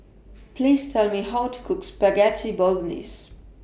Please Tell Me How to Cook Spaghetti Bolognese